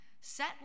Set